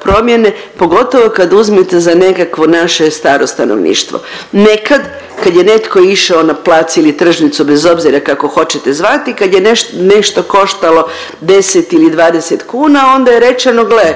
promjene, pogotovo kad uzmete za nekakvo naše staro stanovništvo. Nekad kad je netko išao na plac ili tržnicu, bez obzira kako hoćete zvati, kad je nešto koštalo 10 ili 20 kuna onda je rečeno gle